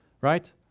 right